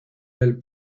del